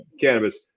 cannabis